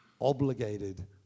obligated